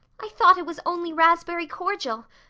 i thought it was only raspberry cordial.